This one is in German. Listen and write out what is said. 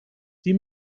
die